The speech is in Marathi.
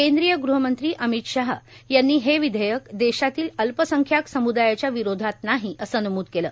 केंद्रीय गृहमंत्री अमित शहा यांनी हे विधेयक देशातल्या अल्पसंख्याक सम्दायाच्या विरोधात नाही असं नमूद केलं